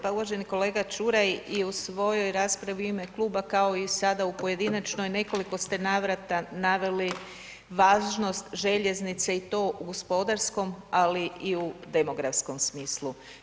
Pa uvaženi kolega Čuraj, i u svojoj raspravi i u ime kluba kao i sada u pojedinačnoj, u nekoliko ste navrata naveli važnost željeznice i to u gospodarskom ali i u demografskom smislu.